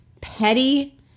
petty